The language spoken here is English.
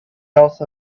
else